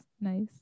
nice